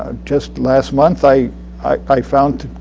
ah just last month, i i found,